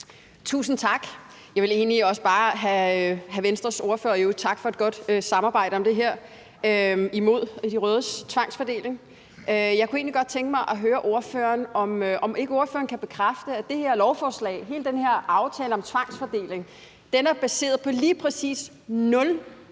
Thiesen, Nye Borgerlige. Kl. 09:48 Mette Thiesen (NB): Tusind tak. Tak for et godt samarbejde om det her imod de rødes tvangsfordeling. Og jeg kunne egentlig godt tænke mig at høre ordføreren, om ikke ordføreren kan bekræfte, at det her lovforslag og hele den her aftale om tvangsfordeling er baseret på lige præcis